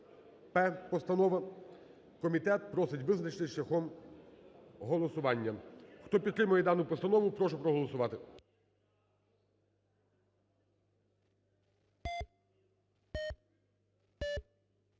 (постанова), комітет просить визначитися шляхом голосування. Хто підтримує дану постанову, прошу проголосувати.